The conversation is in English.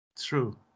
True